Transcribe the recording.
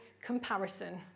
comparison